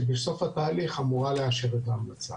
שבסוף התהליך אמורה לאשר את ההמלצה.